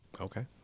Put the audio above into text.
Okay